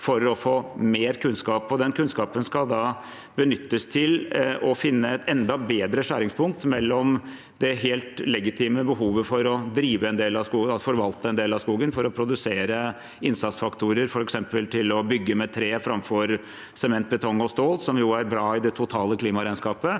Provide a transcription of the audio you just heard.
for å få mer kunnskap. Den kunnskapen skal benyttes til å finne et enda bedre skjæringspunkt mellom det helt legitime behovet for å drive og forvalte en del av skogen for å produsere innsatsfaktorer, f.eks. til å bygge med tre framfor sement, betong og stål, som jo er bra i det totale klimaregnskapet,